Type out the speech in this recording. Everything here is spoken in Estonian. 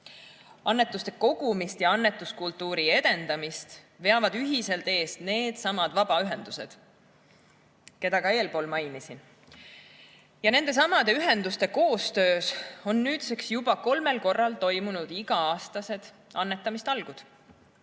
Annetuste kogumist ja annetuskultuuri edendamist veavad ühiselt eest needsamad vabaühendused, keda ka eespool mainisin. Ja nendesamade ühenduste koostöös on nüüdseks juba kolmel korral toimunud iga-aastased annetamistalgud.